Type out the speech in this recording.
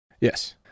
yes